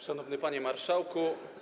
Szanowny Panie Marszałku!